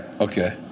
Okay